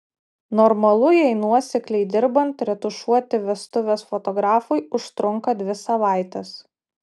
normalu jei nuosekliai dirbant retušuoti vestuves fotografui užtrunka dvi savaites